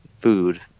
food